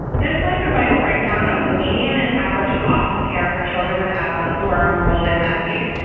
this slide provides a breakdown of the median and average cost of care for children with asthma who are enrolled in medicaid.